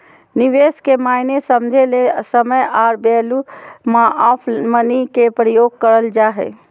निवेश के मायने समझे ले समय आर वैल्यू ऑफ़ मनी के प्रयोग करल जा हय